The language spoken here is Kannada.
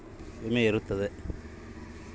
ಹೆಚ್ಚಿನ ಬ್ಯಾಂಕ್ ಠೇವಣಿಗಳಿಗೆ ವಿಮೆ ಇರುತ್ತದೆಯೆ?